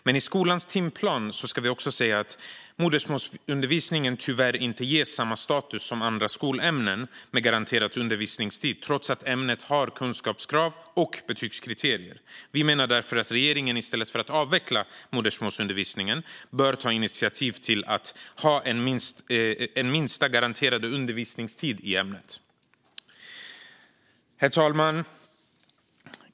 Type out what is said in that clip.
Men det ska sägas att modersmålsundervisningen tyvärr inte ges samma status som andra skolämnen i skolans timplan med garanterad undervisningstid, trots att ämnet har kunskapskrav och betygskriterier. Vi menar därför att regeringen i stället för att avveckla modersmålsundervisningen bör ta initiativ till en minsta garanterad undervisningstid i ämnet. Herr talman!